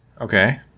Okay